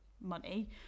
money